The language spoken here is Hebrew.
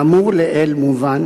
מהאמור לעיל מובן